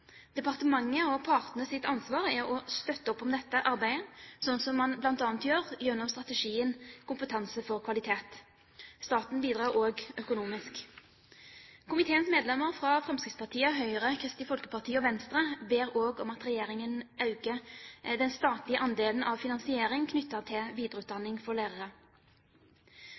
ansvar er å støtte opp om dette arbeidet, slik man bl.a. gjør gjennom strategien Kompetanse for kvalitet. Staten bidrar også økonomisk. Komiteens medlemmer fra Fremskrittspartiet, Høyre, Kristelig Folkeparti og Venstre ber også om at regjeringen øker den statlige andelen av finansiering knyttet til videreutdanning for lærere.